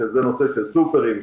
שזה נושא של סופרמרקטים,